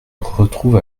retrouve